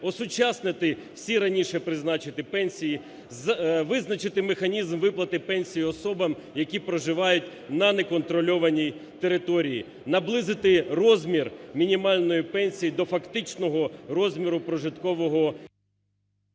осучаснити всі раніше призначені пенсії; визначити механізм виплати пенсій особам, які проживають на неконтрольованій території; наблизити розмір мінімальної пенсії до фактичного розміру прожиткового…